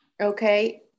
Okay